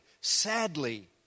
sadly